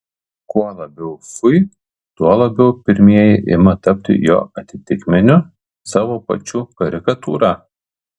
kuo labiau fui tuo labiau pirmieji ima tapti jo atitikmeniu savo pačių karikatūra